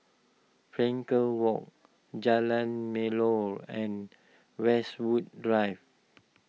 Frankel Walk Jalan Melor and Westwood Drive